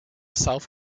south